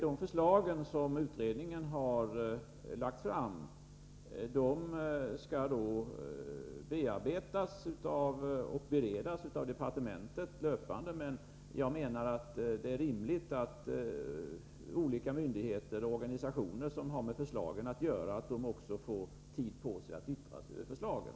De förslag som utredningen har lagt fram skall då bearbetas och beredas löpande av departementet, men det är rimligt att olika myndigheter och organisationer som har med förslagen att göra också får tid på sig att yttra sig över förslagen.